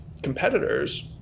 competitors